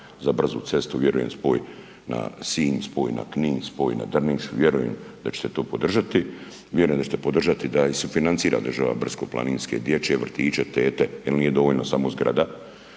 za brzu cestu vjerujem spoj na Sinj, spoj na Knin, spoj na Drniš, vjerujem da ćete to podržati. Vjerujem da ćete podržati da i sufinancira država brdsko-planinske dječje vrtiće, tete, jel nije dovoljno samo zgrada,